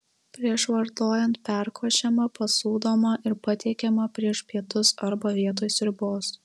prieš vartojant perkošiama pasūdomą ir patiekiama prieš pietus arba vietoj sriubos